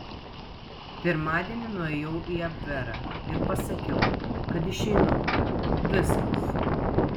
pirmadienį nuėjau į abverą ir pasakiau kad išeinu viskas